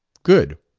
good.